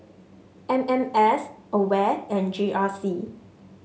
M M S Aware and G R C